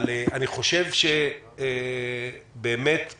אני חושב שבזכות